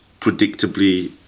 predictably